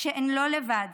שהן לא לבד